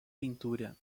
pintura